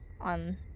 on